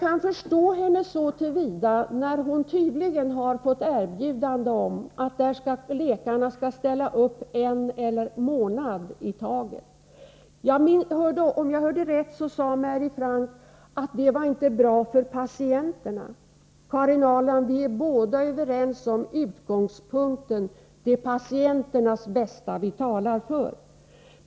Det gäller tydligen ett erbjudande om att läkarna skall ställa upp en månad i taget. Mary Frank sade, om jag hörde rätt, att det inte är bra för patienterna. Jag håller med Karin Ahrland om att utgångspunkten är patienternas bästa.